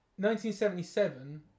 1977